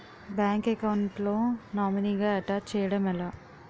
Bank account లో నామినీగా attach చేయడం ఎలా?